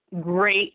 great